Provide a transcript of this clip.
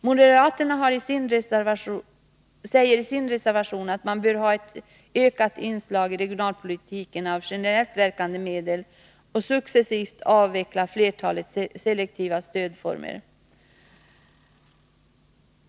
Moderaterna säger i sin reservation att man bör ha ett ökat inslag i regionalpolitiken av generellt verkande medel och successivt avveckla flertalet selektiva stödformer.